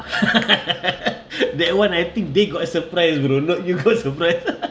that one I think they got a surprise bro not you got surprise